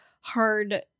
hard